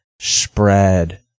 spread